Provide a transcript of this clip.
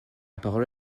parole